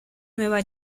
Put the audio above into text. nueva